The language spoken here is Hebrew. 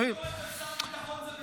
להעביר ביקורת על שר הביטחון זה בסדר,